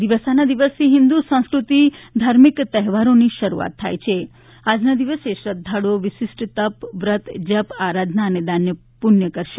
દિવાસાના દિવસથી હિન્દુ સંસ્કૃતિ ધાર્મિક તહેવારોની શરૂઆત થાય છે આજના દિવસે શ્રધ્ધાળુઓ વિશિષ્ટ તપ વ્રત જપ આરાધાના અને દાન પૂષ્ય કરશે